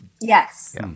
Yes